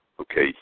Okay